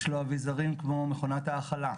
יש לו אביזרים כמו מכונת האכלה.